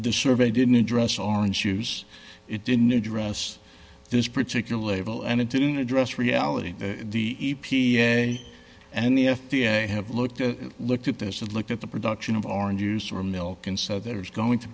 the survey didn't address orange juice it didn't address this particular label and it didn't address reality the e p a and the f d a have looked looked at this and looked at the production of orange juice or milk and so there's going to